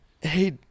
hey